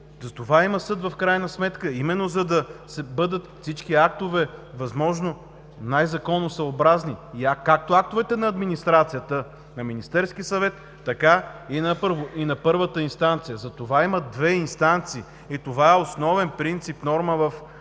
Затова има съд в крайна сметка, именно за да бъдат всички актове възможно най-законосъобразни и както актовете на администрацията на Министерски съвет, така и на първата инстанция. Затова има две инстанции! Това е основен принцип, норма в българското